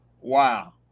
Wow